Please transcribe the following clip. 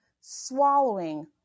swallowing